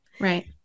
right